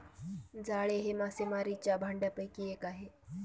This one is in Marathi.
जाळे हे मासेमारीच्या भांडयापैकी एक आहे